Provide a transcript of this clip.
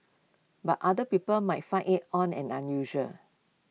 but other people might find IT odd and unusual